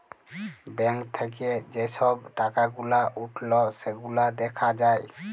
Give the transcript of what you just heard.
bank থাক্যে যে সব টাকা গুলা উঠল সেগুলা দ্যাখা যায়